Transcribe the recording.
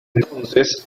entonces